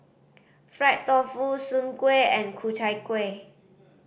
fried tofu Soon Kuih and Ku Chai Kueh